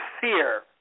fear